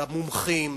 למומחים,